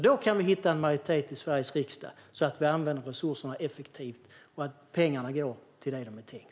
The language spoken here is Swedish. Då kan vi hitta en majoritet i Sveriges riksdag för att använda resurserna effektivt och se till att pengarna går till det som det var tänkt.